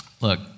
Look